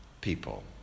people